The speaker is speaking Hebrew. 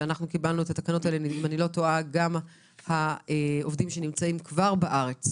כשקיבלנו את התקנות האלה גם העובדים שנמצאים כבר בארץ